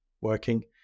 working